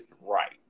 right